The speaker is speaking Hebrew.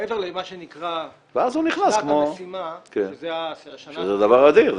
מעבר למה שנקרא שנת המשימה --- שזה דבר אדיר,